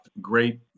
Great